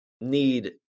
need